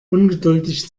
ungeduldig